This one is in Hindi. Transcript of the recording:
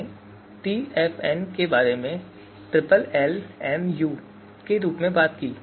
हमने टीएफएन के बारे में ट्रिपल एल एम यू के रूप में भी बात की